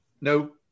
Nope